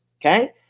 Okay